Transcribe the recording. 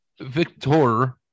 Victor